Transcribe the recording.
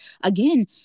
again